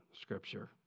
Scripture